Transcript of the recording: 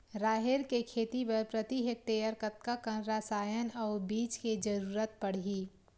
राहेर के खेती बर प्रति हेक्टेयर कतका कन रसायन अउ बीज के जरूरत पड़ही?